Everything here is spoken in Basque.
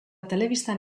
telebistan